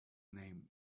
name